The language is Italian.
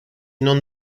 non